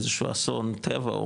קרה איזשהו אסון טבע,